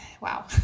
wow